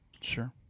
Sure